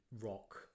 rock